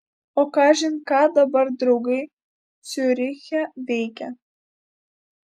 o kažin ką dabar draugai ciuriche veikia